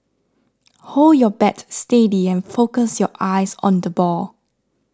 hold your bat steady and focus your eyes on the ball